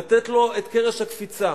לתת לו את קרש הקפיצה.